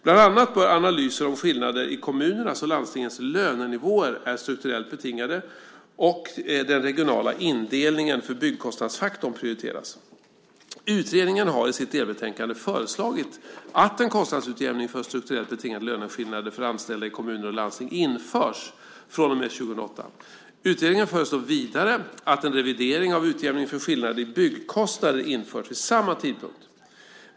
Bland annat bör analyser av om skillnader i kommunernas och landstingens lönenivåer är strukturellt betingade och den regionala indelningen för byggkostnadsfaktorn prioriteras. Utredningen har i sitt delbetänkande föreslagit att en kostnadsutjämning för strukturellt betingade löneskillnader för anställda i kommuner och landsting införs från och med 2008. Utredningen föreslår vidare att en revidering av utjämningen för skillnader i byggkostnader införs vid samma tidpunkt.